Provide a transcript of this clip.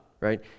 right